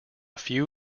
few